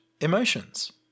emotions